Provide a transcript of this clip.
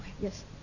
Yes